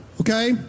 Okay